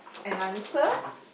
an answer